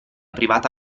privata